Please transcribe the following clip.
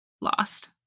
lost